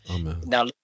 Now